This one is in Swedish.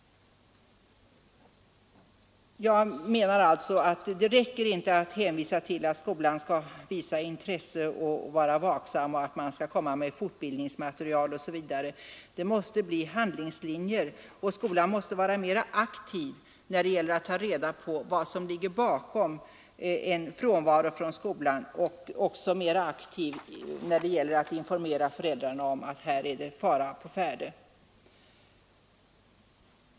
Jag menar alltså att det inte räcker att hänvisa till att skolan skall visa intresse och vara vaksam, att man skall lägga fram fortbildningsmaterial osv. Det måste skapas handlingslinjer, och skolan måste vara mer aktiv när det gäller att ta reda på vad som ligger bakom en frånvaro från skolan och också när det gäller att informera föräldrarna om att det är fara på färde.